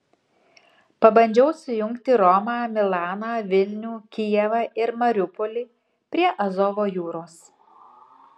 pabandžiau sujungti romą milaną vilnių kijevą ir mariupolį prie azovo jūros